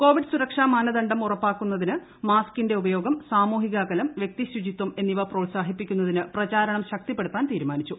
Covid സുരക്ഷാ മാനദണ്ഡം ഉറപ്പാക്കുന്നതിന് മാസ്കിന്റെ ഉപയോഗം സാമൂഹിക അകലം വൃക്തി ശുചിത്വം എന്നിവ പ്രോത്സാഹിപ്പിക്കുന്നതിന് പ്രചാരണം തീരുമാനിച്ചു